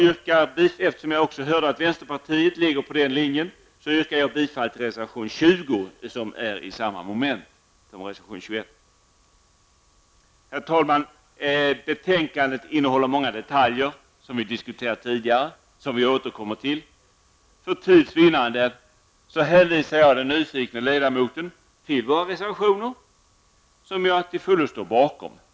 Eftersom jag hörde att vänsterpartiet är på samma linje som vi yrkar jag bifall till reservation 20. Både reservation 20 och reservation 21 lyder ju under samma moment. Herr talman! Betänkandet innehåller många detaljer som vi har diskuterat tidigare och som vi skall återkomma till. För tids vinnande hänvisar jag den nyfikne ledamoten till våra reservationer, som jag till fullo står bakom.